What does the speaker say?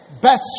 Beth